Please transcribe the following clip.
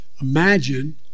imagine